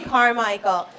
Carmichael